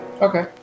Okay